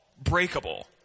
breakable